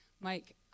Mike